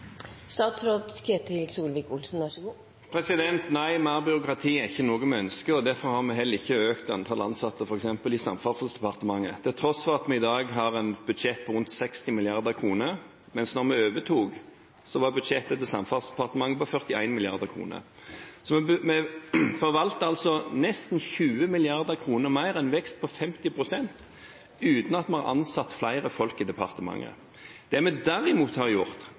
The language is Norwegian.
Nei, mer byråkrati er ikke noe vi ønsker, og derfor har vi heller ikke økt antallet ansatte f.eks. i Samferdselsdepartementet til tross for at vi dag har et budsjett på rundt 60 mrd. kr, mens da vi overtok, var budsjettet til Samferdselsdepartementet på 41 mrd. kr. Vi forvalter altså nesten 20 mrd. kr mer, en vekst på 50 pst., uten at man har ansatt flere folk i departementet. Det vi derimot har gjort,